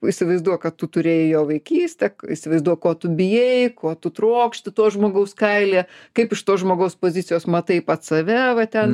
įsivaizduok kad tu turėjai jo vaikystę įsivaizduok ko tu bijai ko tu trokšti to žmogaus kailyje kaip iš to žmogaus pozicijos matai pats save va ten